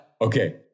Okay